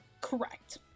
Correct